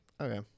Okay